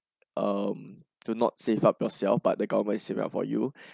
um do not save up yourself but the government save up for you